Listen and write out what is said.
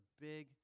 big